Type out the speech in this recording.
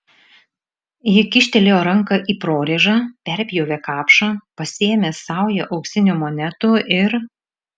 ji kyštelėjo ranką į prorėžą perpjovė kapšą pasėmė saują auksinių monetų ir